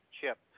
chip